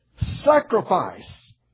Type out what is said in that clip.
sacrifice